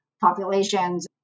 populations